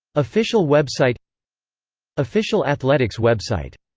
official website official athletics website